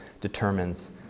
determines